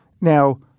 Now